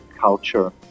culture